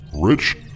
Rich